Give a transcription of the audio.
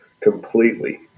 completely